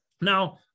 Now